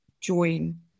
join